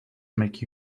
make